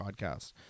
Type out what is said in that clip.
podcast